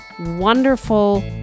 wonderful